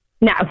No